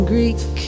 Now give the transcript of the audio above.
Greek